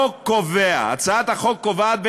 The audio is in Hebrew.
הצעת החוק קובעת,